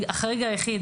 החריג היחיד